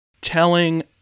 telling